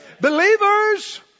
Believers